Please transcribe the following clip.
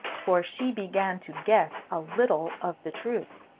for she began to guess a little of the truth.